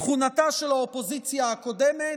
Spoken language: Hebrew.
תכונתה של האופוזיציה הקודמת,